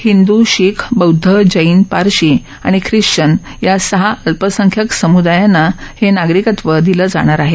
हिंदू शीख बौद्ध जैन पारशी आणि ख्रिश्चन या सहा अल्पसंख्यक समुदायांना हे नागरिकत्व दिलं जाणार आहे